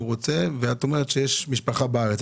הוא רוצה ואת אומרת שיש משפחה בארץ,